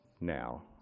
now